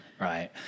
Right